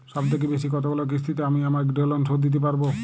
সবথেকে বেশী কতগুলো কিস্তিতে আমি আমার গৃহলোন শোধ দিতে পারব?